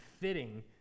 fitting